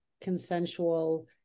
consensual